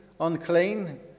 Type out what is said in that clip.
Unclean